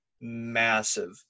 massive